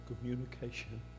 communication